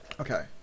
Okay